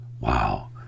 Wow